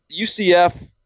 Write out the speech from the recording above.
UCF